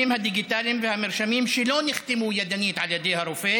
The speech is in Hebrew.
הדיגיטליים והמרשמים שלא נחתמו ידנית על ידי הרופא